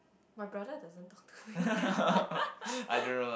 my brother doesn't talk to me